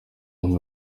inka